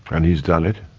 and he's done it,